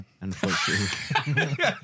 Unfortunately